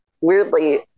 weirdly